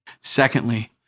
Secondly